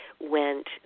went